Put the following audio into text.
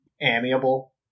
amiable